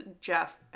Jeff